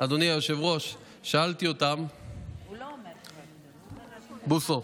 שאלתי אותם, אדוני היושב-ראש בוסו,